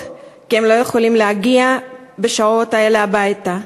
כי הם לא יכולים להגיע בשעות האלה הביתה.